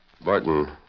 Barton